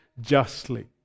justly